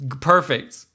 perfect